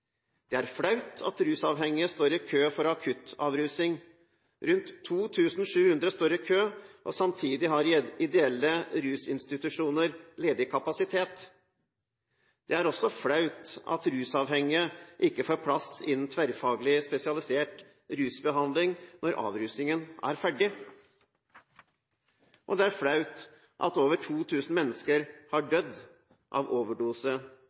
Det er flaut at rusavhengige står i kø for akuttavrusning. Rundt 2 700 står i kø, samtidig har ideelle rusinstitusjoner ledig kapasitet. Det er også flaut at rusavhengige ikke får plass innen tverrfaglig spesialisert rusbehandling når avrusningen er ferdig. Og det er flaut at over 2 000 mennesker har dødd av overdose